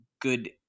Good